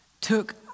took